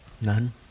None